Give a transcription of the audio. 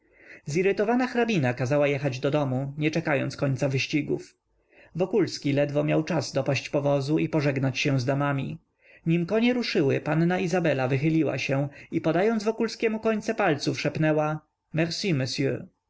zirytowana hrabina kazała jechać do domu nie czekając końca wyścigów wokulski ledwo miał czas dopaść powozu i pożegnać się z damami nim konie ruszyły panna izabela wychyliła się i podając wokulskiemu końce palców szepnęła merci